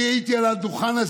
אני שואל מה הפתרון.